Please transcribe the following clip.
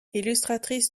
illustratrice